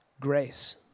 grace